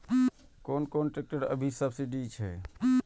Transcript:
कोन कोन ट्रेक्टर अभी सब्सीडी छै?